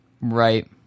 Right